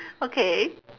okay